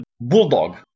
bulldog